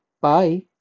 Bye